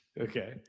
Okay